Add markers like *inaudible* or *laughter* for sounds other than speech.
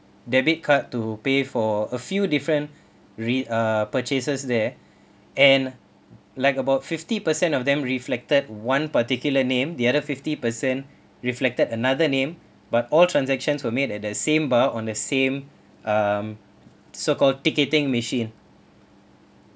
debit card to pay for a few different *breath* read uh purchases there *breath* and like about fifty percent of them reflected one particular name the other fifty percent reflected another name but all transactions were made at the same bar on the same um so called ticketing machine